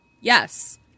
Yes